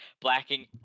blacking